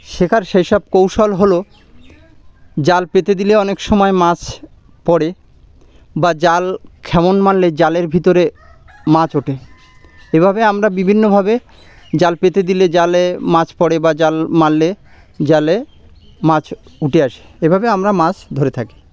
শেখার সেই সব কৌশল হলো জাল পেতে দিলে অনেক সময় মাছ পড়ে বা জাল খ্যামন মারলে জালের ভিতরে মাছ ওঠে এভাবে আমরা বিভিন্নভাবে জাল পেতে দিলে জালে মাছ পড়ে বা জাল মারলে জালে মাছ উঠে আসে এভাবে আমরা মাছ ধরে থাকি